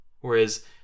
Whereas